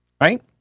right